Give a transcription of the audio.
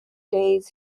days